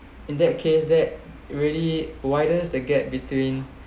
in that case that really widest the gap between